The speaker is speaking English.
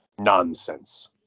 nonsense